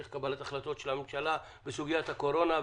קבלת ההחלטות של הממשלה בסוגיית הקורונה.